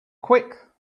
quick